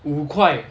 五块